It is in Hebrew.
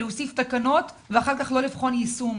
להוסיף תקנות ואחר כך לא לבחון יישום.